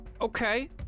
Okay